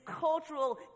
cultural